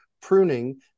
pruning